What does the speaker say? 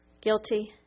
Guilty